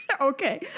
Okay